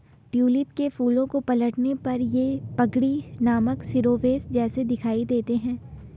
tulip के फूलों को पलटने पर ये पगड़ी नामक शिरोवेश जैसे दिखाई देते हैं